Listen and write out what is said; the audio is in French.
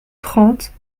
trente